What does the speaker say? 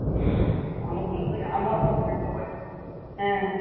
ꯑꯃꯨꯛꯀ ꯂꯣꯏꯅ ꯑꯃꯣꯠꯄ ꯉꯥꯛꯇ ꯑꯣꯏꯔꯦ ꯑ